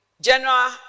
general